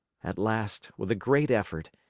at last, with a great effort,